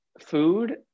food